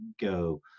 go